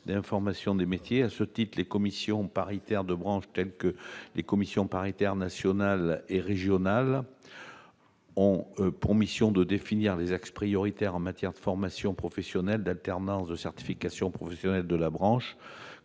l'information sur les métiers. À ce titre, les commissions paritaires de branche, telles que les commissions paritaires nationales et régionales de l'emploi, ont pour mission de définir les axes prioritaires en matière de formation professionnelle, d'alternance et de certifications professionnelles de la branche,